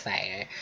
Fire